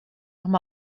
amb